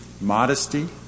modesty